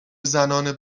زنان